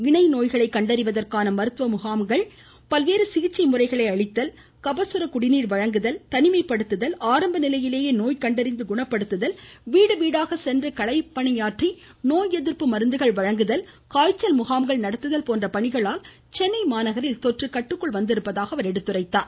இணை நோய்களை கண்டறிவதற்கான மருத்துவ முகாம்கள் மேலும் நடத்தப்பட்டு பல்வேறு சிகிச்சை முறைகளை அளித்தல் கபசுர குடிநீர் வழங்குதல் தனிமைப்படுத்துதல் ஆரம்ப நிலையிலேயே நோய் கண்டறிந்து குணப்படுத்துதல் வீடுவீடாக சென்று களப்பணியாற்றி நோய் எதிா்ப்பு மருந்துகள் வழங்குதல் காய்ச்சல் முகாம்கள் நடத்துதல் போன்ற பணிகளால் சென்னை மாநகரில் தொற்று கட்டுக்குள் வந்திருப்பதாகவும் குறிப்பிட்டார்